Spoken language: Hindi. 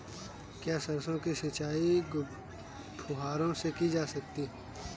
क्या सरसों की सिंचाई फुब्बारों से की जा सकती है?